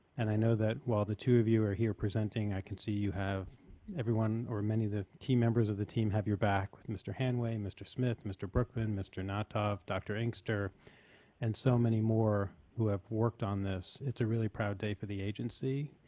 and i know that while the two of you are here presenting, i can see you have everyone or many of the key members of the team have your back with mr. hanway, mr. smith, mr. brookman, mr. hnatov, dr. inkster and so many more who have worked on this. it's a really proud day for the agency.